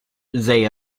they